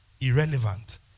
irrelevant